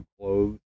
clothes